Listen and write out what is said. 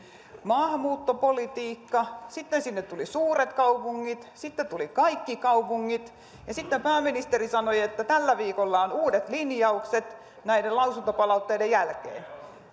maahanmuuttopolitiikka sitten sinne tuli suuret kaupungit sitten tuli kaikki kaupungit ja sitten pääministeri sanoi että tällä viikolla on uudet linjaukset näiden lausuntopalautteiden jälkeen